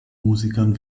musikern